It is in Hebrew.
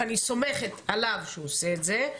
אני סומכת עליו שהוא עושה את זה,